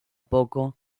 poco